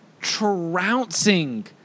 trouncing